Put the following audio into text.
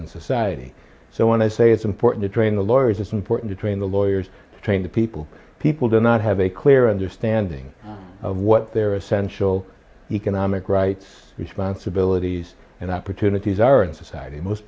in society so when i say it's important to train the lawyers it's important to train the lawyers to train the people people do not have a clear understanding of what their essential economic rights responsibilities and opportunities are in society most